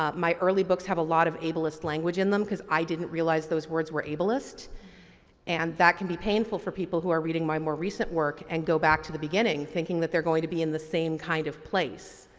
ah my early books have a lot of ableist language in the because i didn't realize those words were ableist and that can be painful for people who are reading my more recent work and go back to the beginning thinking that their going to be in the same kind of place.